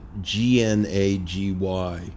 G-N-A-G-Y